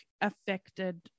affected